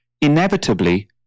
inevitably